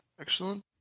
excellent